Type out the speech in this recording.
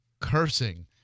cursing